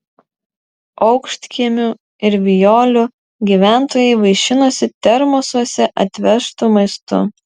aukštkiemių ir vijolių gyventojai vaišinosi termosuose atvežtu maistu